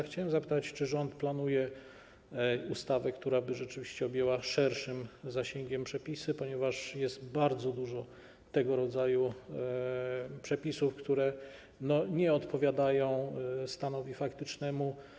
Chciałbym zapytać, czy rząd planuje ustawę, która by rzeczywiście objęła szerszym zasięgiem przepisy, ponieważ jest bardzo dużo tego rodzaju przepisów, które nie odpowiadają stanowi faktycznemu.